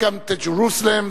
welcome to Jerusalem,